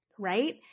right